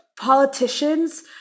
politicians